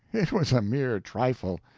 it was a mere trifle!